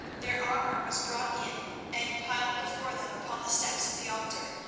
their armour was brought in and piled before them upon the steps of the altar,